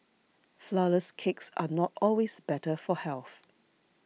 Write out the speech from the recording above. Flourless Cakes are not always better for health